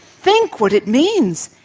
think what it means!